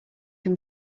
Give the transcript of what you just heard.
can